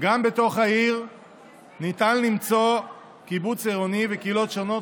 גם בתוך העיר ניתן למצוא קיבוץ עירוני וקהילות שונות,